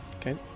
Okay